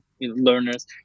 learners